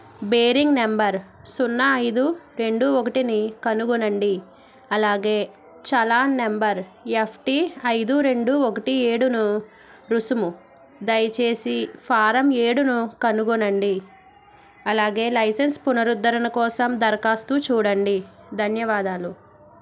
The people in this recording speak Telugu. బేరింగ్ నెంబర్ సున్నా ఐదు రెండు ఒకటిని కనుగొనండి అలాగే చలాన్ నెంబర్ ఎఫ్టి ఐదు రెండు ఒకటి ఏడును రుసుము దయచేసి ఫారం ఏడును కనుగొనండి అలాగే లైసెన్స్ పునరుద్ధరణ కోసం దరఖాస్తు చూడండి ధన్యవాదాలు